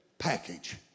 Package